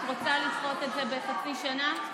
את רוצה לדחות את זה בחצי שנה?